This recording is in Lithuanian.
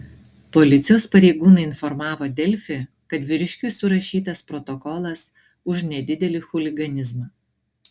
policijos pareigūnai informavo delfi kad vyriškiui surašytas protokolas už nedidelį chuliganizmą